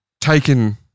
taken